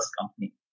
company